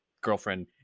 girlfriend